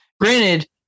granted